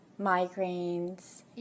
migraines